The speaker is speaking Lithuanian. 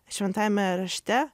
šventajame rašte